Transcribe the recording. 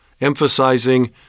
emphasizing